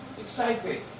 excited